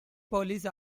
police